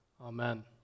amen